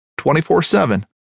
24-7